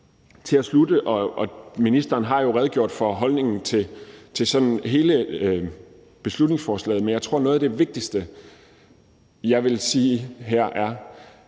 til at slutte af, og ministeren har jo redegjort for holdningen til hele beslutningsforslaget, men jeg tror, at noget af det vigtigste, jeg vil sige her, er,